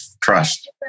trust